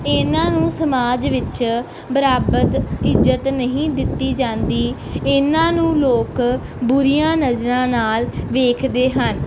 ਇਹਨਾਂ ਨੂੰ ਸਮਾਜ ਵਿੱਚ ਬਰਾਬਰ ਇੱਜ਼ਤ ਨਹੀਂ ਦਿੱਤੀ ਜਾਂਦੀ ਇਹਨਾਂ ਨੂੰ ਲੋਕ ਬੁਰੀਆਂ ਨਜ਼ਰਾਂ ਨਾਲ ਵੇਖਦੇ ਹਨ